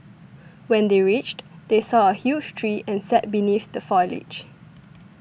when they reached they saw a huge tree and sat beneath the foliage